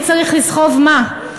מי צריך לסחוב מה?